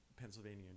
Pennsylvania